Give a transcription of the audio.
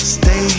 stay